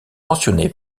mentionnées